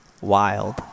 Wild